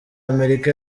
amerika